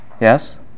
yes